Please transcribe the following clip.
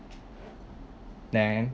then